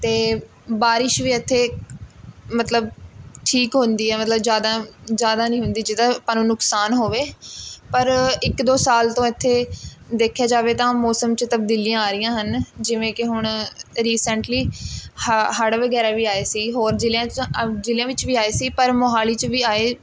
ਅਤੇ ਬਾਰਿਸ਼ ਵੀ ਇੱਥੇ ਮਤਲਬ ਠੀਕ ਹੁੰਦੀ ਹੈ ਮਤਲਬ ਜ਼ਿਆਦਾ ਜ਼ਿਆਦਾ ਨਹੀਂ ਹੁੰਦੀ ਜਿਹਦਾ ਆਪਾਂ ਨੂੰ ਨੁਕਸਾਨ ਹੋਵੇ ਪਰ ਇੱਕ ਦੋ ਸਾਲ ਤੋਂ ਇੱਥੇ ਦੇਖਿਆ ਜਾਵੇ ਤਾਂ ਮੌਸਮ 'ਚ ਤਬਦੀਲੀਆਂ ਆ ਰਹੀਆਂ ਹਨ ਜਿਵੇਂ ਕਿ ਹੁਣ ਰੀਸੈਂਟਲੀ ਹ ਹੜ੍ਹ ਵਗੈਰਾ ਵੀ ਆਏ ਸੀ ਹੋਰ ਜ਼ਿਲ੍ਹਿਆਂ 'ਚ ਅ ਜ਼ਿਲ੍ਹਿਆਂ ਵਿੱਚ ਵੀ ਆਏ ਸੀ ਪਰ ਮੋਹਾਲੀ 'ਚ ਵੀ ਆਏ